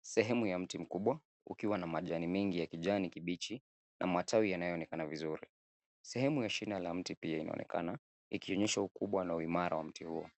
Sehemu ya mti mkubwa, ukiwa na majani mengi ya kijani kibichi na matawi yanayoonekana vizuri. Sehemu ya shina la mti pia inaonekana ikionyesha ukubwa na uimara wa mti huo.